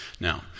now